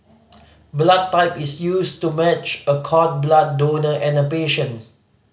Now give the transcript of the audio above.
blood type is used to match a cord blood donor and a patient